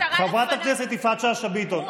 חברת הכנסת יפעת שאשא ביטון,